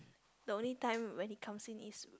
the only time when he comes in is